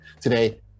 today